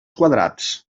quadrats